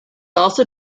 also